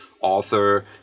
author